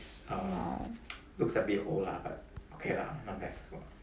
!wow!